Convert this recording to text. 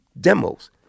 demos